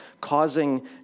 causing